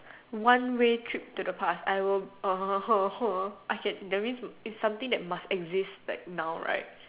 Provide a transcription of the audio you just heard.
one way trip to the past I will uh !huh! !huh! !huh! I can the rinse is something must exist like now right